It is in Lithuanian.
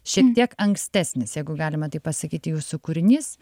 šiek tiek ankstesnis jeigu galima taip pasakyti jūsų kūrinys